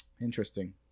Interesting